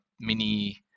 mini